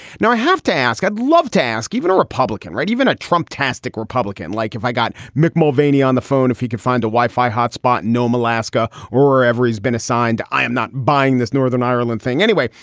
now, i have to ask i'd love to ask even a republican. right, even a trump tastic republican. like if i got mick mulvaney on the phone, if he could find a wi-fi hotspot, nome, alaska, or wherever he's been assigned to. i am not buying this northern ireland thing anyway.